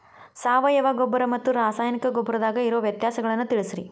ಸಾವಯವ ಗೊಬ್ಬರ ಮತ್ತ ರಾಸಾಯನಿಕ ಗೊಬ್ಬರದಾಗ ಇರೋ ವ್ಯತ್ಯಾಸಗಳನ್ನ ತಿಳಸ್ರಿ